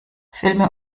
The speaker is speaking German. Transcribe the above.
filme